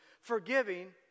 forgiving